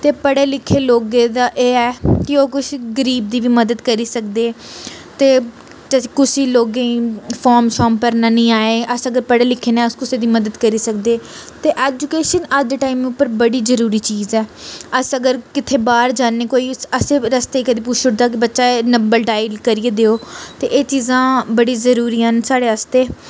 ते पढ़े लिखे लोगें दा एह् ऐ कि ओह् कुछ गरीब दी बी मदद करी सकदे ते कुसी लोगें गी फार्म शार्म भरना नी आए अस अगर पढ़े लिखे न अस कुसै दी मदद करी सकदे ते ऐजुकेशन अज्ज दे टाइम उप्पर बड़ी जरूरी चीज़ ऐ अस अगर कित्थें बाह्र जाने कोई असें रस्ते च कोई पुच्छु उड़दा कि बच्चा एह् नंबल डायल करियै देओ ते एह् चीजां बड़ियां जरूरी न साढ़े आस्तै